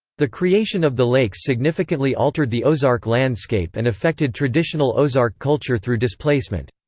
the creation of the lakes significantly altered the ozark landscape and affected traditional ozark culture through displacement.